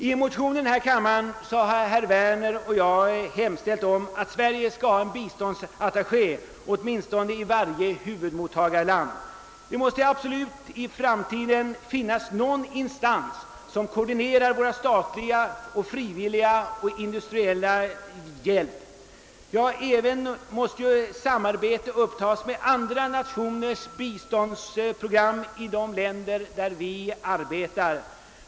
I motionen II:209 har herr Werner och jag hemställt om tillsättandet av en svensk biståndsattaché i åtminstone varje huvudmottagarland. Det måste i framtiden finnas någon instans som koordinerar vår statliga, frivilliga och industriella hjälp — ja, även upptar samarbete med andra nationers biståndsprogram i de länder där vi arbetar.